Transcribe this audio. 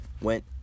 went